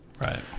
Right